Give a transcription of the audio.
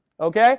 Okay